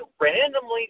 randomly